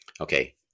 Okay